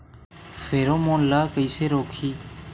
Pheromone ला कइसे रोकही?